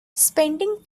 spending